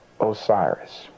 Osiris